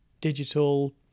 digital